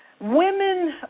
women